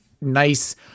nice